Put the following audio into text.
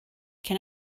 can